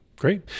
Great